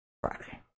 Friday